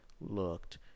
looked